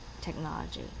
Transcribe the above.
technology